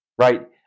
right